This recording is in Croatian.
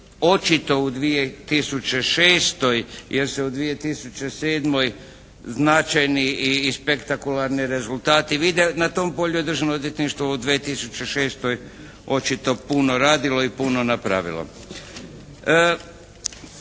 očito u 2006. jer se u 2007. značajni i spektakularni rezultati vide. Na tom polju je Državno odvjetništvo u 2006. očito puno radilo i puno napravilo.